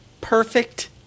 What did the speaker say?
Perfect